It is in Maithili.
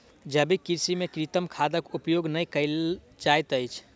जैविक कृषि में कृत्रिम खादक उपयोग नै कयल जाइत अछि